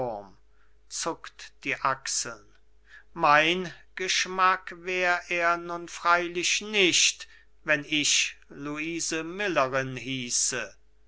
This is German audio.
zuckt die achseln mein geschmack wär es nun freilich nicht wenn ich luise millerin hieße